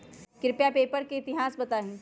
कृपया पेपर के इतिहास बताहीं